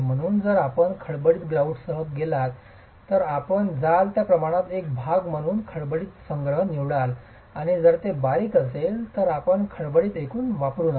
म्हणून जर आपण खडबडीत ग्रॉउटसह गेलात तर आपण जाल त्या प्रमाणात एक भाग म्हणून एक खडबडीत संग्रह निवडाल आणि जर ते बारीक असेल तर आपण खडबडीत एकूण वापरु नका